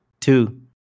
two